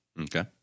Okay